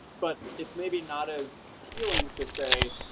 but it's maybe not as appealing to say,